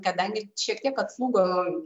kadangi šiek tiek atslūgo